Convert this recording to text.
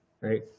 right